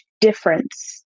difference